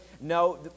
No